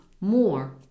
more